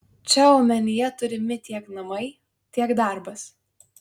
čia omenyje turimi tiek namai tiek darbas